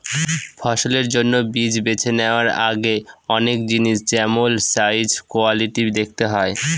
ফসলের জন্য বীজ বেছে নেওয়ার আগে অনেক জিনিস যেমল সাইজ, কোয়ালিটি দেখতে হয়